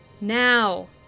Now